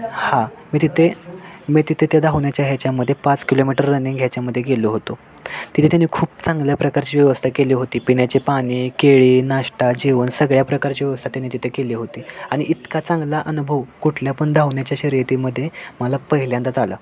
हा मी तिथे मी तिथे ते धावण्याच्या ह्याच्यामध्ये पाच किलोमीटर रनिंग ह्याच्यामध्ये गेलो होतो तिथे त्यानी खूप चांगल्या प्रकारची व्यवस्था केली होती पिण्याचे पाणी केळी नाश्ता जेवण सगळ्या प्रकारची व्यवस्था त्यानी तिथे केली होती आणि इतका चांगला अनुभव कुठल्या पण धावण्याच्या शर्यतीमध्ये मला पहिल्यांदाच आला